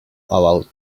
about